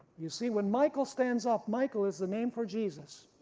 you see when michael stands up, michael is the name for jesus,